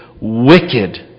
wicked